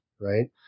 right